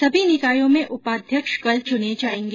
सभी निकायों में उपाध्यक्ष कल चुने जायेंगे